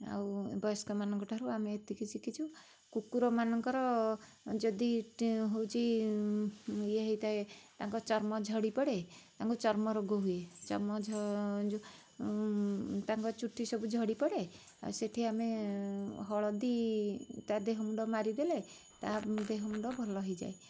ଆଉ ବୟସ୍କମାନଙ୍କ ଠାରୁ ଆମେ ଏତିକି ଶିଖିଛୁ କୁକୁର ମାନଙ୍କର ଯଦି ହେଉଛି ଇଏ ହେଇଥାଏ ତାଙ୍କ ଚର୍ମ ଝଡ଼ି ପଡ଼େ ତାଙ୍କୁ ଚର୍ମରୋଗ ହୁଏ ଚର୍ମ ତାଙ୍କ ଚୁଟି ସବୁ ଝଡ଼ିପଡ଼େ ସେଇଠି ଆମେ ହଳଦୀ ତା'ଦେହ ମୁଣ୍ଡ ମାରିଦେଲେ ତା'ଦେହ ମୁଣ୍ଡ ଭଲ ହେଇଯାଏ